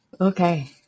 Okay